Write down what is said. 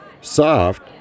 Soft